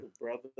brother